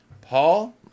Paul